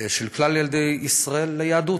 של כלל ילדי ישראל ליהדות,